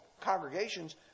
congregations